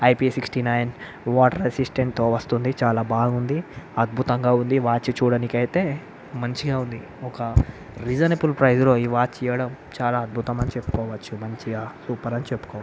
IP sixty nine water రెసిస్టెంట్తో వస్తుంది చాల బాగుంది చాలా అద్భుతంగా ఉంది వాచ్ చూడటానికి అయితే మంచిగా ఉంది ఒక రీజనబుల్ ప్రైజ్లో ఈ వాచ్ ఇవ్వడం చాలా అద్భుతం అని చెప్పుకోవచ్చు మంచిగా సూపర్ అని చెప్పుకోవచ్చు